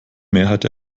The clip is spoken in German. mehrheit